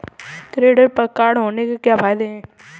Credit card होने के क्या फायदे हैं?